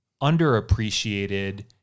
underappreciated